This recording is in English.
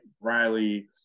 Riley